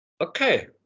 Okay